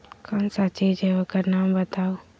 कौन सा चीज है ओकर नाम बताऊ?